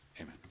Amen